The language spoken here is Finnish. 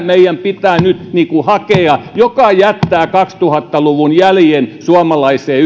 meidän pitää nyt hakea mikä jättää kaksituhatta luvun jäljen suomalaiseen